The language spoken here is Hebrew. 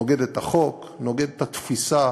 נוגד את החוק, נוגד את התפיסה